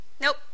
Nope